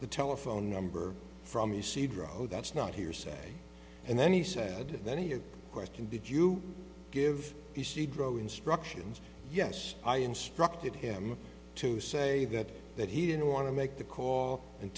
the telephone number from the seed row that's not hearsay and then he said that in your question did you give the she drove instructions yes i instructed him to say that that he didn't want to make the call and